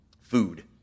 food